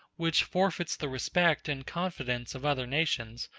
which forfeits the respect and confidence of other nations,